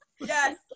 Yes